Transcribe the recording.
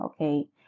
okay